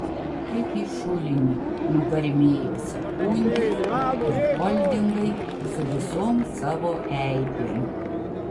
kaip į šulinį nugarmėjo sekundės ir holdingai su visom savo eibėm